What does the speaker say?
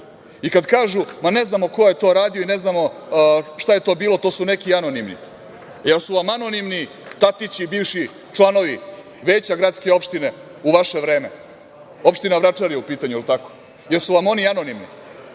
I kad kažu ne znamo ko je to radio i ne znamo šta je to bilo, to su neki anonimni. Da li su vam anonimni Tatići bivši članovi Veća gradske opštine u vaše vreme. Opština Vračar je u pitanju, da li je tako? Da li su vam oni anonimni?